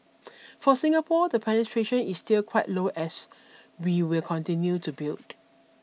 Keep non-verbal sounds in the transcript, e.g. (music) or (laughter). (noise) for Singapore the penetration is still quite low as we will continue to build